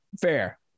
fair